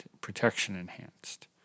protection-enhanced